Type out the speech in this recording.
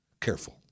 careful